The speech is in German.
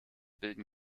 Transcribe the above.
bilden